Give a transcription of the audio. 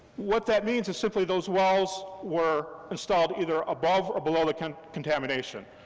what that means is simply, those wells were installed either above or below the kind of contamination,